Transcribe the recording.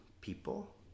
people